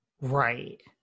right